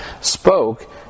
spoke